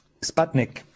Sputnik